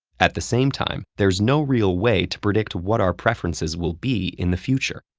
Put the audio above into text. at the same time, there's no real way to predict what our preferences will be in the future.